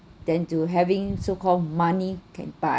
than to having so called money can buy